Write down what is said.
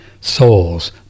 souls